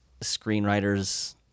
screenwriter's